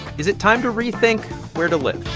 is it time to rethink where to live?